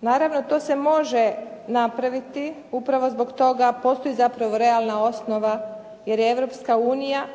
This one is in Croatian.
Naravno, to se može napraviti, upravo zbog toga postoji zapravo realna osnova jer je Europska unija